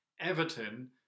Everton